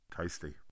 Tasty